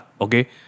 okay